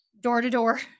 door-to-door